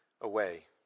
away